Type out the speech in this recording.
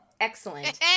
Excellent